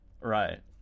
Right